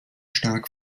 stark